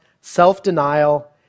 self-denial